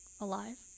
alive